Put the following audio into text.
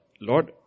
Lord